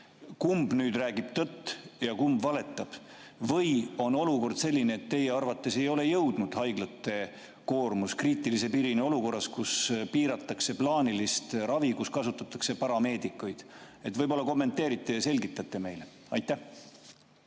Kumb räägib tõtt ja kumb valetab? Või on olukord selline, et teie arvates ei ole haiglate koormus jõudnud kriitilise piirini olukorras, kus piiratakse plaanilist ravi ja kasutatakse parameedikuid? Võib-olla kommenteerite ja selgitate meile. Aitäh!